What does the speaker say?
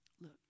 Look